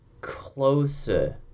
closer